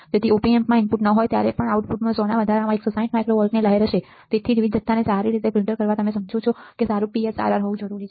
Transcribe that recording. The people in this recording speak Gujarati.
તેથીOp amp માં ઇનપુટ ન હોય ત્યારે પણ આઉટપુટમાં 100 ના વધારામાં 160 માઇક્રો વોલ્ટની લહેર હશે તેથી જ વીજ જથ્થા ને સારી રીતે ફિલ્ટર કરવા તમે સમજો છો તે સારું પીએસઆરઆર હોવું જરૂરી છે